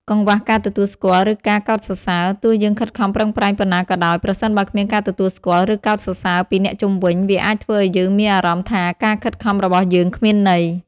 កង្វះការទទួលស្គាល់ ឬការកោតសរសើរ ទោះយើងខិតខំប្រឹងប្រែងប៉ុណ្ណាក៏ដោយ ប្រសិនបើគ្មានការទទួលស្គាល់ ឬកោតសរសើរពីអ្នកជុំវិញ វាអាចធ្វើឲ្យយើងមានអារម្មណ៍ថាការខិតខំរបស់យើងគ្មានន័យ។